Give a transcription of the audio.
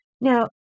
Now